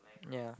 yeah